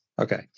Okay